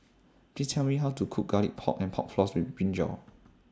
Please Tell Me How to Cook Garlic Pork and Pork Floss with Brinjal